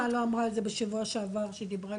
למה סיוון לא אמרה את זה בשבוע שעבר כשהיא דיברה?